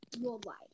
worldwide